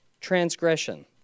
transgression